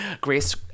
grace